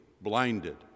blinded